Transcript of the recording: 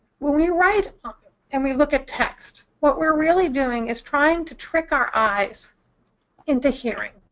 when we write um and we look at text, what we're really doing is trying to trick our eyes into hearing.